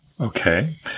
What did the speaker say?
okay